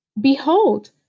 behold